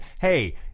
hey